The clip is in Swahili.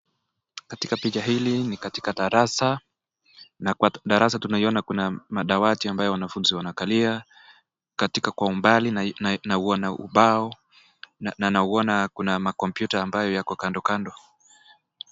Katika picha hili ni katika darasa, na Kwa darasa tunaiyona madawati ambayo wanafunzi wanakalia, katika Kwa umbali nauona ubao, na naona makomputa ambayo yako kando kando.